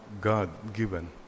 God-given